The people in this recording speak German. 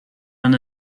man